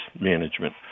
management